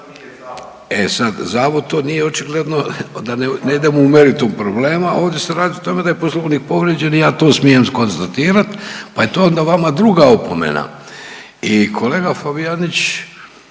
E sad zavod to nije očigledno, da ne idemo u meritum problema, ovdje se radi o tome da je poslovnik povrijeđen i ja to smijem konstatirat, pa je to onda vama druga opomena. I kolega Fabijanić,